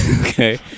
Okay